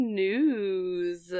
news